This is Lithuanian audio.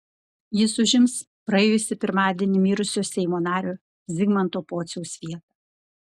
jis užims praėjusį pirmadienį mirusio seimo nario zigmanto pociaus vietą